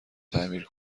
تعمیر